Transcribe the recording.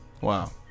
Wow